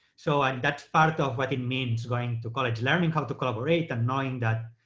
so and that's part of what it means going to college learning how to collaborate and knowing that,